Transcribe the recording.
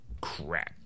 crap